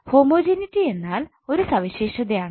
homogeneity എന്നാൽ ഒരു സവിശേഷതയാണ്